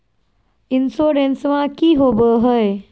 इंसोरेंसबा की होंबई हय?